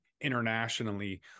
internationally